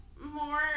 more